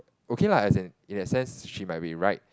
okay lah as in in a sense she might be right